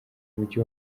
mujyi